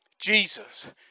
Jesus